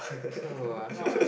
so I'm not